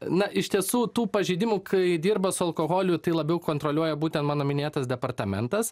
na iš tiesų tų pažeidimų kai dirba su alkoholiu tai labiau kontroliuoja būtent mano minėtas departamentas